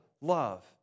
love